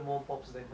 why her